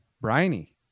Briny